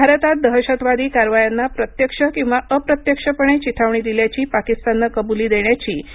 भारतात दहशतवादी कारवायांना प्रत्यक्ष किंवा अप्रत्यक्षपणे चिथावणी दिल्याची पाकिस्ताननं कबुली देण्याची ही पहिलीच वेळ आहे